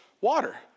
water